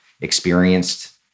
experienced